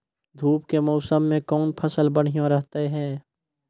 धूप के मौसम मे कौन फसल बढ़िया रहतै हैं?